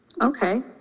Okay